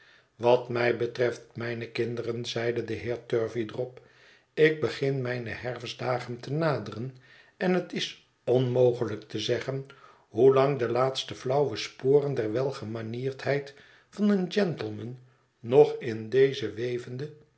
wat mij betreft mijne kinderen zeide de heer turveydrop ik begin mijne herfstdagen te naderen en het is onmogelijk te zeggen hoelang de laatste flauwe sporen der welgemanierdheid van een gentleman nog in deze wevende